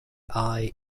eye